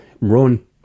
run